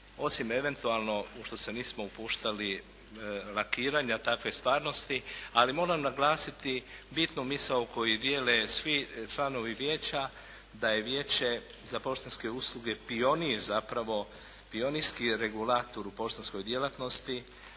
osim eventualno u što se nismo upuštali, lakiranja takve stvarnosti. Ali moram naglasiti bitnu misao koju dijele svi članovi Vijeća, da je Vijeće za poštanske usluge pionir zapravo, pionirski regulator u poštanskoj djelatnosti,